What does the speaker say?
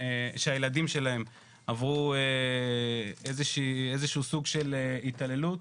שהילדים שלהם עברו איזה שהוא סוג של התעללות,